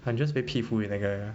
I'm just 佩服 那个